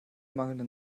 mangelnden